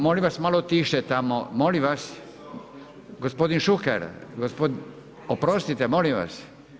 Molim vas malo tiše tamo, molim vas, gospodin Šuker, oprostite molim vas.